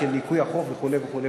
של ניקוי החוף וכו' וכו',